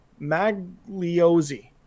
Magliozzi